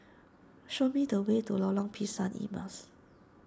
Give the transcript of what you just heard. show me the way to Lorong Pisang Emas